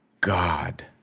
God